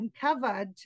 uncovered